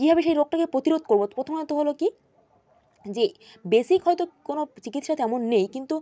কীভাবে সেই রোগটাকে প্রতিরোধ করবো প্রথমত হল কী যে বেসিক হয়তো কোনও চিকিৎসা তেমন নেই কিন্তু